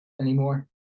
Anymore